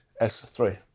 S3